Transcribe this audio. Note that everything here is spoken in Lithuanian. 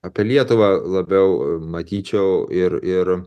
apie lietuvą labiau matyčiau ir ir